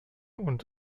und